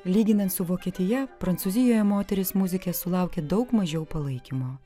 lyginant su vokietija prancūzijoje moterys muzikės sulaukė daug mažiau palaikymo